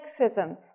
sexism